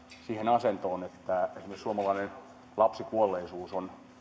siihen asentoon että esimerkiksi suomalainen lapsikuolleisuus